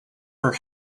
her